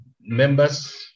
members